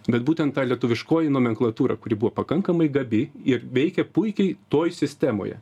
bet būtent ta lietuviškoji nomenklatūra kuri buvo pakankamai gabi ir veikė puikiai toj sistemoje